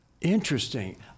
Interesting